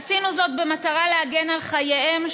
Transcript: עשינו זאת במטרה להגן על חייהם,